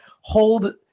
hold